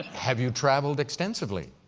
have you traveled extensively?